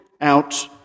out